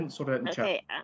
Okay